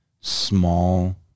small